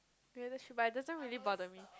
yeah that's true but it doesn't really bothering